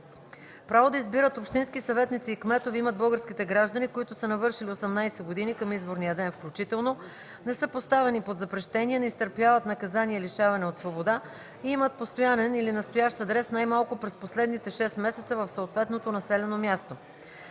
Право да избират общински съветници и кметове имат българските граждани, които са навършили 18 години към изборния ден включително, не са поставени под запрещение, не изтърпяват наказание лишаване от свобода и имат постоянен или настоящ адрес най-малко през последните шест месеца в съответното населено място.